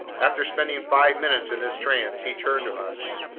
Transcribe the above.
after spending five minutes in this trance, he turned to us.